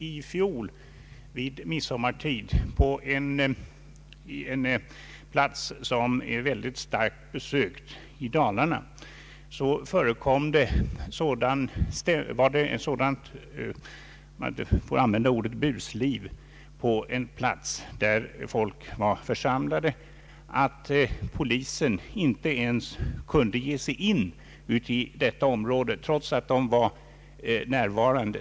I fjol var det vid midsommartid på en plats i Dalarna, som är mycket starkt besökt, ett — om jag får använda ordet — sådant busliv där folk var församlade att polismännen inte ens kunde ge sig in i detta område, trots att de var närvarande.